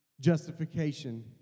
justification